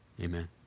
Amen